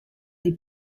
des